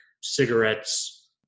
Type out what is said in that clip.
cigarettes